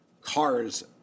cars